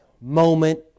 moment